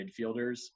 midfielders